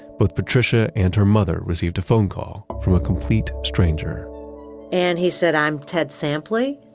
both patricia and her mother received a phone call from a complete stranger and he said, i'm ted sampley,